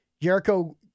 Jericho